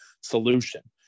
solution